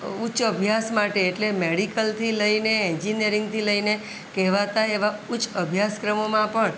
અભ્યાસ માટે એટલે મેડિકલથી લઈને એન્જિનિયરિંગથી લઈને કહેવાતા એવા ઉચ્ચ અભ્યાસક્રમોમાં પણ